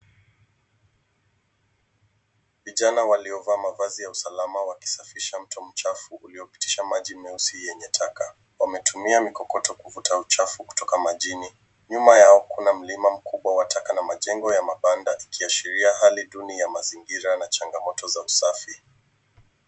Vijana waliovaa mavazi ya usalama wakisfisha mto mchafu uliopitisha maji machafu yenye taka. Wanatumia mikokoto kuvuta uchafu kutoka majini. Nyuma yao kuna mlima mkubwa wa taka na majengo ya mabanda, yakiashiria hali duni ya mazingira na changamoto za usafi.